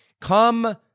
Come